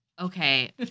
Okay